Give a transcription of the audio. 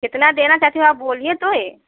कितना देना चाहती हो आप बोलिए तो ये